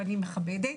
ואני מכבדת.